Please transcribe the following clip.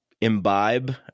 imbibe